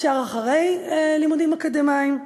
אפשר אחרי לימודים אקדמיים,